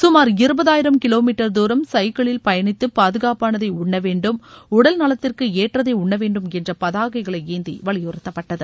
சுமார் இருபதாயிரம் kilometre தூரம் சைக்கிளில் பயணித்து பாதுகாப்பாளதை உண்ண வேண்டும் உடல் நலத்திற்கு ஏற்றதை உண்ண வேண்டும் என்ற பதாகைகளை ஏந்தி வலியுறுத்தப்பட்டது